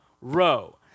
row